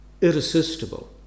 irresistible